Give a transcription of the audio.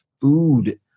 food